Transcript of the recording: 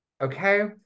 okay